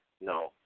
No